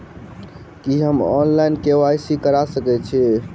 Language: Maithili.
की हम ऑनलाइन, के.वाई.सी करा सकैत छी?